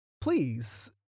please